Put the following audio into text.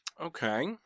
Okay